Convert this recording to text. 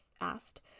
asked